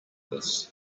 this